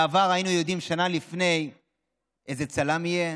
בעבר היינו יודעים שנה לפני איזה צלם יהיה,